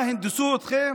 מה, הנדסו אתכם?